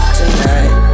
tonight